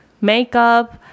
makeup